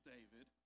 David